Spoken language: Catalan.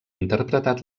interpretat